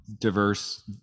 diverse